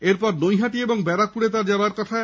এরপর নৈহাটি ও ব্যারাকপুরে তাঁর যাওয়ার কথা